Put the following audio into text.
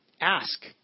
ask